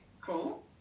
cool